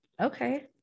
Okay